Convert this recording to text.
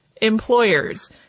employers